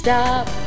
Stop